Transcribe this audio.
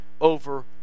over